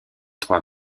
trois